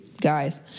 guys